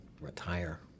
retire